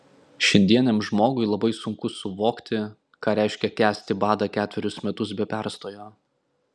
šiandieniam žmogui labai sunku suvokti ką reiškia kęsti badą ketverius metus be perstojo